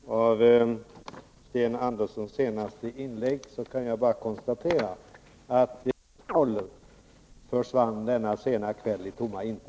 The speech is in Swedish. Herr talman! Efter Sten Anderssons senaste inlägg kan jag bara konstatera att Ingvar Carlssons stolta frihetsparoller denna sena kväll försvann i tomma intet.